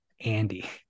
Andy